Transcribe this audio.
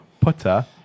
putter